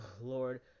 Lord